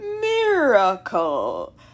miracle